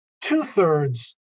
Two-thirds